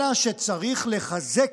אלא שצריך לחזק,